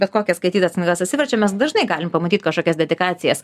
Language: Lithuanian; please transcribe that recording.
bet kokias skaitytas knygas atsiverčiam mes dažnai galim pamatyt kažkokias dedikacijas